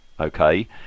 okay